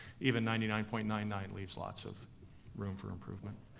even ninety nine point nine nine leaves lots of room for improvement.